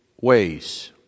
ways